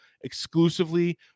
exclusively